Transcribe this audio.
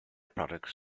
products